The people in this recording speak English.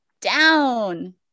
down